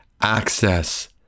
access